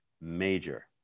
major